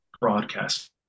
broadcast